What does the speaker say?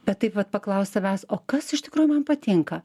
bet taip vat paklaust savęs o kas iš tikrųjų man patinka